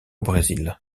brésil